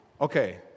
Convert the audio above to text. okay